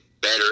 better